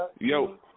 Yo